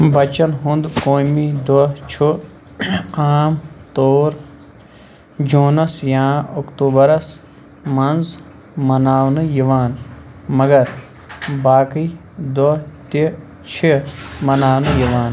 بَچن ہُنٛد قومی دۄہ چھُ عام طور جوٗنس یا اکتوٗبَرس منٛز مَناونہٕ یِوان مگر باقٕے دۄہ تہِ چھِ مَناونہٕ یِوان